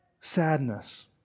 sadness